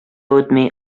үтми